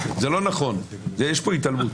לא נכון, יש פה התעלמות.